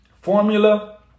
formula